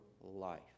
life